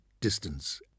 distance